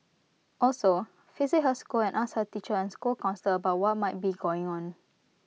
also visit her school and ask her teacher and school counsellor about what might be going on